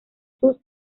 sus